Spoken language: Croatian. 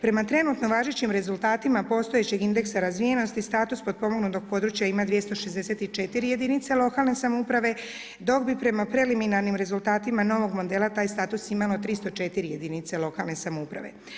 Prema trenutno važećim rezultatima postojećeg indeksa razvijenosti status potpomognutog područja ima 264 jedinice lokalne samouprave dok bi prema preliminarnim rezultatima novog modela taj status imalo 304 jedinice lokalne samouprave.